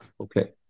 Okay